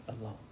alone